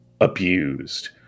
abused